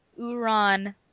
Uran